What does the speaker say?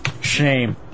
shame